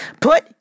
Put